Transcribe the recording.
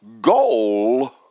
goal